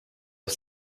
auf